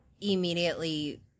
immediately